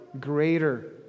greater